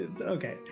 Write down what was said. Okay